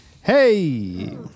Hey